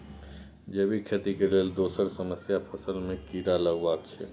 जैबिक खेती केर दोसर समस्या फसल मे कीरा लागब छै